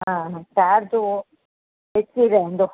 हा हा चार्ज उहो हिक ई रहंदो